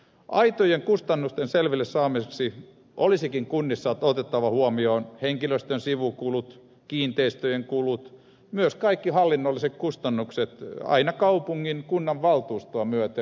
aitojen kustannusten selville saamiseksi olisikin kunnissa otettava huomioon henkilöstön sivukulut kiinteistöjen kulut myös kaikki hallinnolliset kustannukset aina kaupungin kunnanvaltuustoa myöten